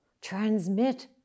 transmit